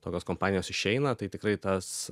tokios kompanijos išeina tai tikrai tas